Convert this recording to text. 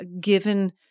given